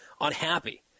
unhappy